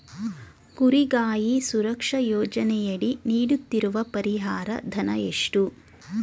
ಕುರಿಗಾಹಿ ಸುರಕ್ಷಾ ಯೋಜನೆಯಡಿ ನೀಡುತ್ತಿರುವ ಪರಿಹಾರ ಧನ ಎಷ್ಟು?